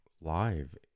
live